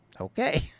Okay